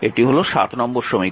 এটি হল নম্বর সমীকরণ